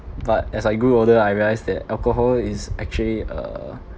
but as I grew older I realised that alcohol is actually err